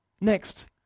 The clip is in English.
Next